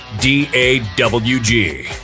D-A-W-G